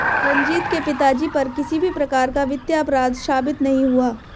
रंजीत के पिताजी पर किसी भी प्रकार का वित्तीय अपराध साबित नहीं हुआ